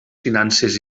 finances